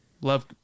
love